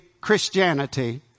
Christianity